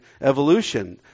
evolution